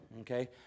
okay